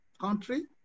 country